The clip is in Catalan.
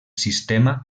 sistema